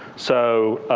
so